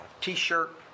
T-shirt